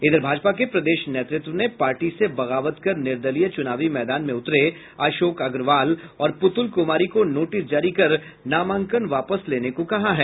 इधर भाजपा के प्रदेश नेतृत्व ने पार्टी से बगावत कर निर्दलीय चुनावी मैदान में उतरे अशोक अग्रवाल और पुतुल कुमारी को नोटिस जारी कर नामांकन वापस लेने को कहा है